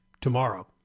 tomorrow